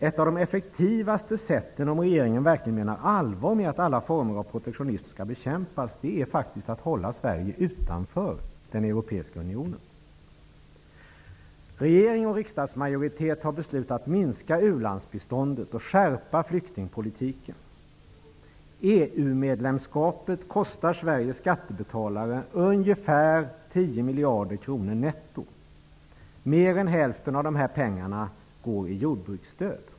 Ett av de effektivaste sätten, om regeringen verkligen menar allvar med att alla former av protektionism skall bekämpas, är faktiskt att hålla Sverige utanför den Europeiska Regering och riksdagsmajoritet har beslutat minska u-landsbiståndet och skärpa flyktingpolitiken. EU medlemskapet kostar Sveriges skattebetalare ungefär 10 miljarder netto. Mer än hälften av de pengarna går till jordbruksstöd.